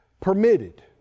permitted